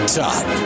top